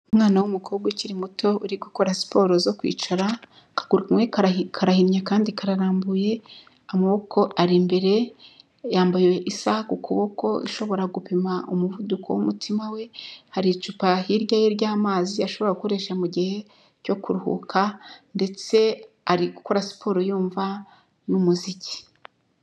Umwana w'umukobwa ukiri muto uri gukora siporo zo kwicara, akaguru kamwe karahinnye, akandi kararambuye, amaboko ari imbere, yambaye isa ku kuboko ishobora gupima umuvuduko wumutima we, hari icupa hirya ye ry'amazi ashobora gukoresha mu gihe cyo kuruhuka ndetse ari gukora siporo yumva n'umuziki.